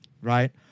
right